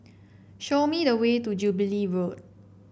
show me the way to Jubilee Road